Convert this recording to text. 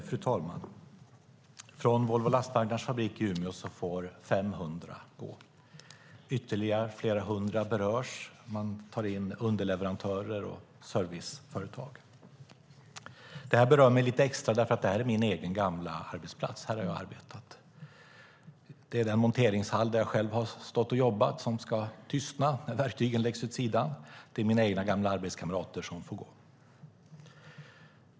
Fru talman! Från Volvo Lastvagnars fabrik i Umeå får 500 gå. Ytterligare flera hundra berörs. Man tar in underleverantörer och serviceföretag. Det här berör mig lite extra, för det är min gamla arbetsplats. Här har jag arbetat. Det är den monteringshall där jag själv har stått och jobbat som ska tystna när verktygen läggs åt sidan. Det är mina gamla arbetskamrater som får gå.